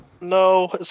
No